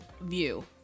view